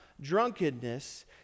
drunkenness